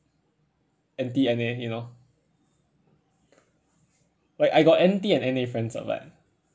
N_T N_A you know like I got N_T and N_A friends ah but